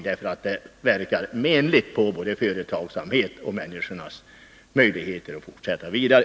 Det verkar menligt på både företagsamhet och människors möjlighet att arbeta vidare.